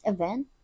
Event